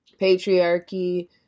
patriarchy